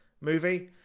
movie